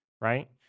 right